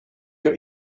your